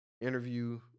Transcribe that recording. Interview